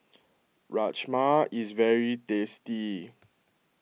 Rajma is very tasty